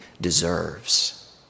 deserves